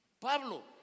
Pablo